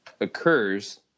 occurs